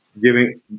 giving